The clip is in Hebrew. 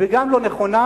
וגם לא נכונה,